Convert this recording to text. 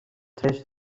tres